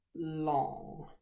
long